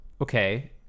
Okay